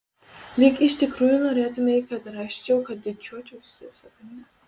lyg iš tikrųjų norėtumei kad rasčiau kad didžiuočiausi savimi